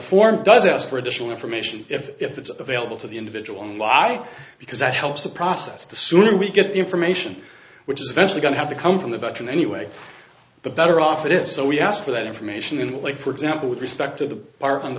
form does ask for additional information if it's available to the individual and why because that helps the process the sooner we get the information which is eventually going to have to come from the veteran anyway the better off it is so we ask for that information like for example with respect to the bar on the